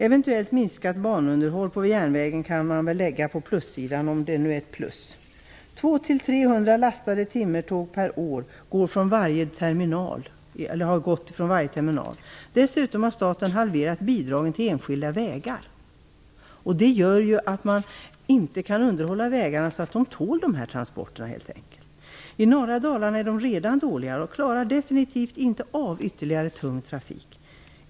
Eventuellt minskat banunderhåll på järnvägen kan väl läggas på plussidan - om det nu är ett plus. 200-300 lastade timmertåg per år har gått från varje terminal. Dessutom har staten halverat bidragen till enskilda vägar, och det gör att man helt enkelt inte kan underhålla vägarna så att de tål dessa transporter. I norra Dalarna är de redan dåliga och klarar definitivt inte ytterligare tung trafik.